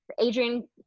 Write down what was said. Adrian